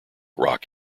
rock